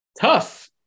Tough